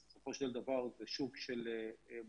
בסופו של דבר, זה שוק של מוכרים.